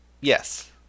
yes